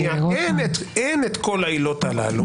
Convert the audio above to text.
אין את כל העילות הללו.